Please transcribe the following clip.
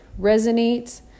resonates